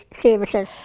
services